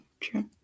true